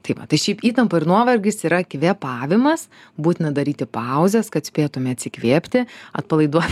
tai va tai šiaip įtampa ir nuovargis yra kvėpavimas būtina daryti pauzes kad spėtumėme atsikvėpti atpalaiduot